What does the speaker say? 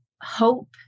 hope